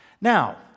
Now